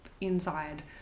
inside